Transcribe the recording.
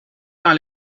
dans